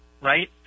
right